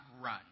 run